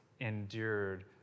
endured